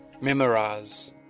memorize